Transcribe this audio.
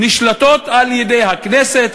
נשלטים על-ידי הכנסת,